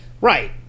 Right